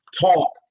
Talk